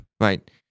right